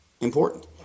important